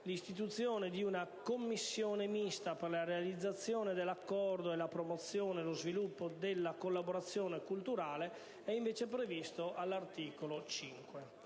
l'istituzione di una commissione mista per la realizzazione dell'Accordo e la promozione e lo sviluppo della collaborazione culturale (articolo 5).